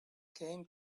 came